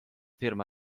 firma